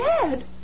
dead